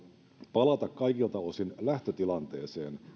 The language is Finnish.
palata kaikilta osin lähtötilanteeseen